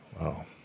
Wow